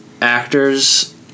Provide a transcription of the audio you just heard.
actors